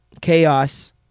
Chaos